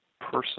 person